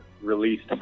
released